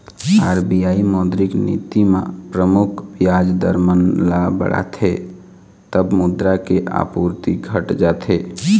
RBI मौद्रिक नीति म परमुख बियाज दर मन ल बढ़ाथे तब मुद्रा के आपूरति घट जाथे